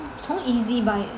从 Ezbuy eh